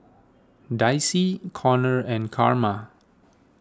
Dicy Konnor and Carma